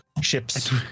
ships